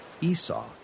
Esau